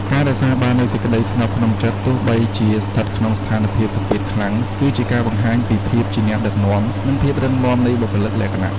ការរក្សាបាននូវសេចក្ដីស្ងប់ក្នុងចិត្ត ទោះបីជាស្ថិតក្នុងស្ថានភាពសម្ពាធខ្លាំង គឺជាការបង្ហាញពីភាពជាអ្នកដឹកនាំ និងភាពរឹងមាំនៃបុគ្គលិកលក្ខណៈ។